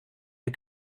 der